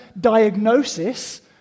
diagnosis